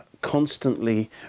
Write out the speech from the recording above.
constantly